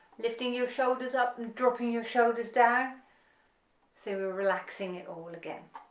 lifting your shoulders up and dropping your shoulders down so we're relaxing it all again,